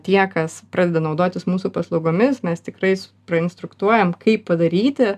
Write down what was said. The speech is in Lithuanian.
tie kas pradeda naudotis mūsų paslaugomis mes tikrais prainstruktuojam kaip padaryti